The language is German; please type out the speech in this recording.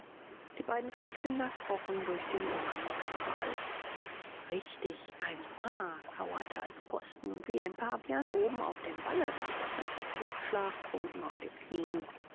die beiden pfadfinder krochen durch den dornkraal richtig ein mha kauerte als posten und wie ein pavian oben auf dem walle sein kopf lag schlaftrunken auf den knien